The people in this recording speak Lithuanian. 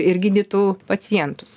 ir gydytų pacientus